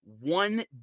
One